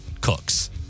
cooks